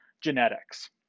genetics